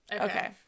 Okay